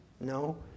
No